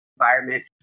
environment